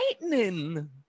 lightning